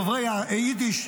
דוברי היידיש,